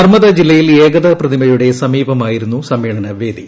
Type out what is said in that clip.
നർമ്മദ ജില്ലയിൽ ഏകതാ പ്രതിമയുടെ സമീപമായിരുന്നു സമ്മേളന വേദി